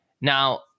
Now